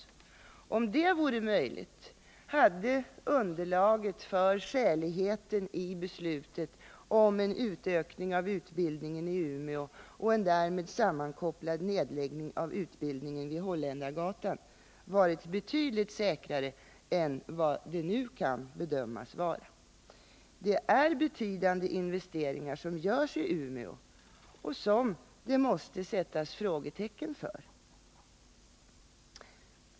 Om det varit möjligt hade underlaget för skäligheten i beslutet om en utökning av utbildningen i Umeå och en därmed sammankopplad nedläggning av utbildningen vid Holländargatan varit betydligt säkrare än vad det nu kan bedömas vara. Det är betydande investeringar som görs i Umeå och som det måste sättas frågetecken för.